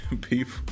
people